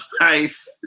life